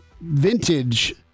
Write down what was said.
vintage